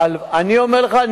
אני אומר לך,